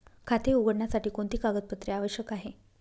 खाते उघडण्यासाठी कोणती कागदपत्रे आवश्यक आहे?